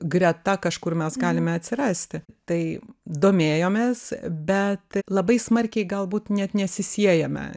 greta kažkur mes galime atsirasti tai domėjomės bet labai smarkiai galbūt net nesisiejame